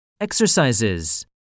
Exercises